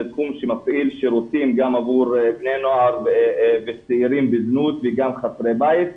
זה תחום שמפעיל שירותים גם עבור בני נוער וצעירים בזנות וגם חסרי בית,